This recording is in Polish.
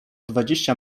dwadzieścia